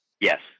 Yes